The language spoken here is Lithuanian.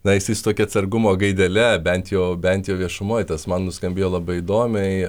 na jisai su tokia atsargumo gaidele bent jo bent jo viešumoj tas man nuskambėjo labai įdomiai